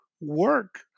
work